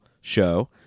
show